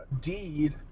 deed